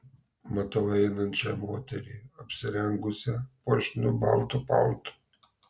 matau einančią moterį apsirengusią puošniu baltu paltu